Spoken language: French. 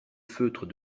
feutre